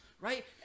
right